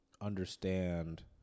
understand